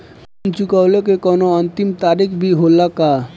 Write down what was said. Loan चुकवले के कौनो अंतिम तारीख भी होला का?